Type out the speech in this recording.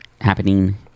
Happening